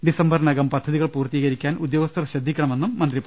ഡിസംബറ്റ്നകും പദ്ധതികൾ പൂർത്തീകരിക്കാൻ ഉദ്യോഗസ്ഥർ ശ്രദ്ധിക്കണമെന്നും മന്ത്രി പറഞ്ഞു